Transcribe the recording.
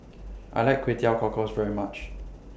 I like Kway Teow Cockles very much